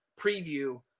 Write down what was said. preview